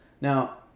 Now